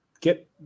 get